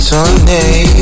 Sunday